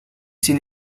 zin